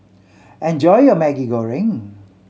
enjoy your Maggi Goreng